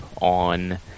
on